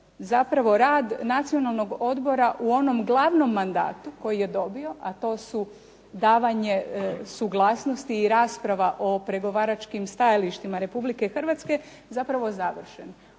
zapravo rad Nacionalnog odbora u onom glavnom mandatu koji je dobio, a to su davanje suglasnosti i rasprava o pregovaračkim stajalištima Republike Hrvatske zapravo završen.